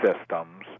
systems